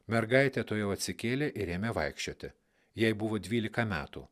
mergaitė tuojau atsikėlė ir ėmė vaikščioti jai buvo dvylika metų